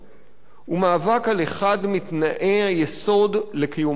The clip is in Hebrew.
הוא מאבק על אחד מתנאי היסוד לקיומה של דמוקרטיה.